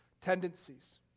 tendencies